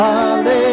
Hallelujah